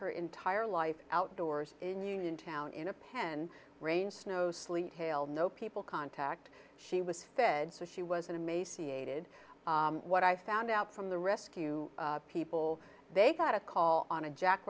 her entire life outdoors in uniontown in a pen rain snow sleet hail no people contact she was fed so she was in a macy aided what i found out from the rescue people they got a call on a jack